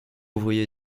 ouvrier